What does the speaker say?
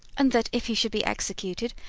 and that if he should be executed,